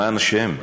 למען השם,